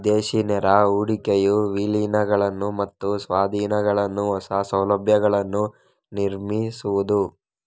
ವಿದೇಶಿ ನೇರ ಹೂಡಿಕೆಯು ವಿಲೀನಗಳು ಮತ್ತು ಸ್ವಾಧೀನಗಳು, ಹೊಸ ಸೌಲಭ್ಯಗಳನ್ನು ನಿರ್ಮಿಸುವುದು